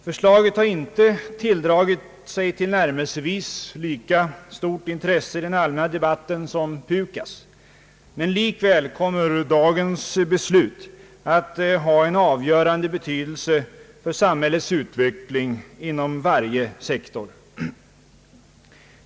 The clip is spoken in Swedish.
Förslaget har inte tilldragit sig tillnärmelsevis lika stort intresse i den allmänna debatten som PUKAS, men trots det kommer dagens beslut att ha en avgörande betydelse för samhällets utveckling inom varje sektor.